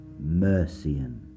Mercian